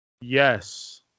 yes